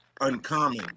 uncommon